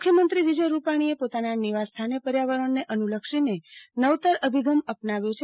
મુખ્યમંત્રી વિજય રૂપાણીએ નિવાસ સ્થાને પર્યાવરણને અનુ લક્ષીને નવતર અભિગમ અપનાવ્યો છે